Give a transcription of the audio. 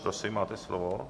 Prosím, máte slovo.